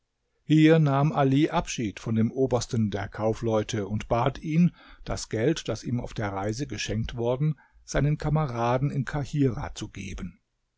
hier nahm ali abschied von dem obersten der kaufleute und bat ihn das geld das ihm auf der reise geschenkt worden seinen kameraden in kahirah zu geben